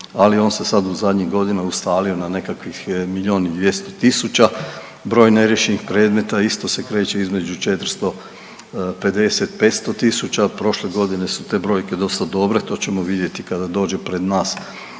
ali on se sad u zadnjih godina ustalio na nekakvih milijun i 200 tisuća. Broj neriješenih predmeta isto se kreće između 450, 500.000, prošle godine su te brojke dosta dobre, to ćemo vidjeti kada dođe pred nas